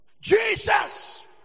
Jesus